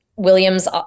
Williams